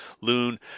loon